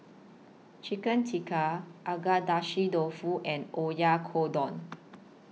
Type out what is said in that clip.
Chicken Tikka Agedashi Dofu and Oyakodon